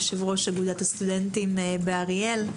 יושב-ראש אגודת הסטודנטים באריאל.